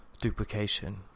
duplication